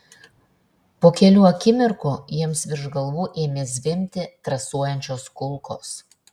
po kelių akimirkų jiems virš galvų ėmė zvimbti trasuojančios kulkos